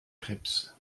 grips